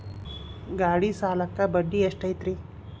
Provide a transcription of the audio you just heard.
ಗಾಡಿ ಸಾಲಕ್ಕ ಬಡ್ಡಿ ಎಷ್ಟೈತ್ರಿ?